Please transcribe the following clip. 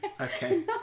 Okay